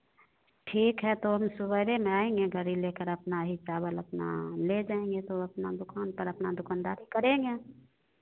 ठीक है तो हम सवेरे ना आएँगे गाड़ी लेकर अपना यही चावल अपना ले जाएँगे तो अपना दुकान पर अपना दुकानदारी करेंगे